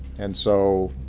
and so,